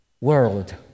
world